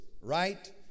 right